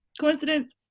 coincidence